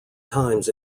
times